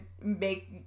make